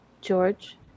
George